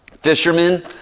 Fishermen